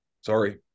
sorry